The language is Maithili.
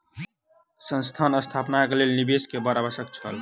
संस्थान स्थापनाक लेल निवेश के बड़ आवश्यक छल